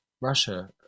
Russia